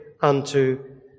unto